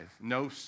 No